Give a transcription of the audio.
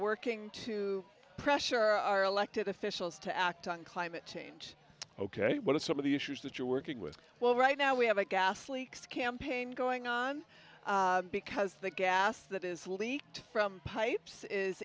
working to pressure our elected officials to act on climate change ok what are some of the issues that you're working with well right now we have a gas leaks campaign going on because the gas that is leaked from pipes is